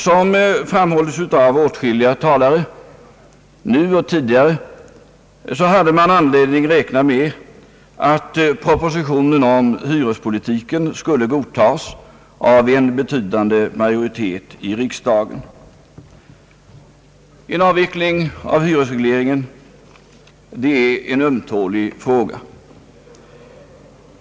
Som framhållits av åtskilliga talare nu och tidigare, hade man anledning räkna med att propositionen om hyrespolitiken skulle godtas av en betydande majoritet i riksdagen. En avveckling av hyresregleringen är en ömtålig fråga.